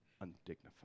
undignified